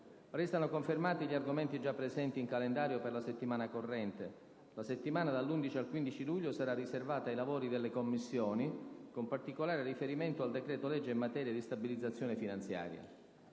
Restano confermati gli argomenti già presenti in calendario per la settimana corrente. La settimana dall'11 al 15 luglio sarà riservata ai lavori delle Commissioni, con particolare riferimento al decreto-legge in materia di stabilizzazione finanziaria.